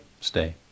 stay